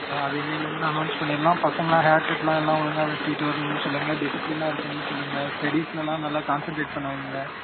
ஆ அது இன்னைலேருந்து அனோன்ஸ் பண்ணிடலான் பசங்களாம் ஹேர்கட்லாம் எல்லாம் ஒழுங்கா வெட்டிகிட்டு வரணுன்னு சொல்லுங்க டிசிப்பிலீனாக இருக்கணுன்னு சொல்லுங்க ஸ்டெடீஸ்லெலான் நல்ல கான்சன்ரேட் பண்ண வையுங்க